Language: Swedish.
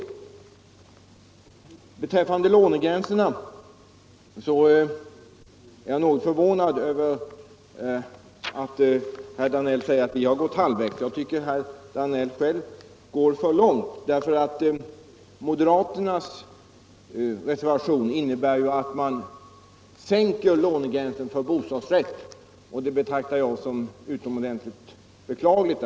Vad beträffar lånegränserna är jag något förvånad över att herr Danell säger att vi gått halvvägs. Jag tycker att herr Danell själv går för långt. Moderaternas reservation innebär att man sänker lånegränsen för bostadsrätt, och det betraktar jag som utomordentligt beklagligt.